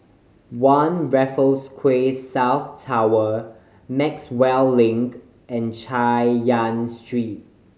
One Raffles Quay South Tower Maxwell Link and Chay Yan Street